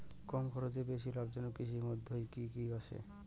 কম খরচে বেশি লাভজনক কৃষির মইধ্যে কি কি আসে?